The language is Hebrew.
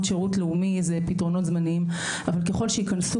השירות הלאומי זה פתרונות זמניים אבל ככל שייכנסו